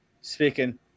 Speaking